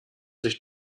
sich